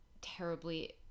terribly